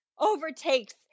overtakes